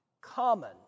common